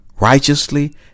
righteously